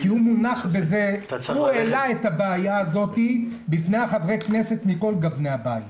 הוא העלה את הבעיה הזאת בפני חברי הכנסת מכל גווני הבית.